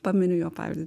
paminiu jo pavyzdį